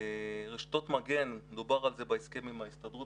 רשתות מגן, דובר על זה בהסכם עם ההסתדרות.